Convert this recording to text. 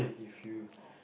if you